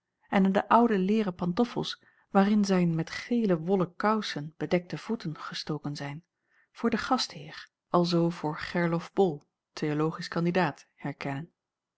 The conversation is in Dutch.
en aan de oude leêren pantoffels waarin zijn met gele wollen kousen bedekte voeten gestoken zijn voor den gastheer alzoo voor gerlof bol th cand herkennen